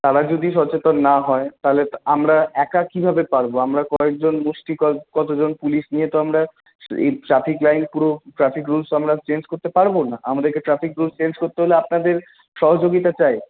তারা যদি সচেতন না হয় তাহলে আমরা একা কীভাবে পারবো আমরা কয়েকজন গোষ্ঠী কতজন পুলিশ নিয়ে তো আমরা এই ট্রাফিক লাইন পুরো ট্রাফিক রুলস আমরা চেঞ্জ করতে পারবো না আমাদেরকে ট্রাফিক রুলস চেঞ্জ করতে হলে আপনাদের সহযোগিতা চাই